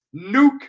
nuke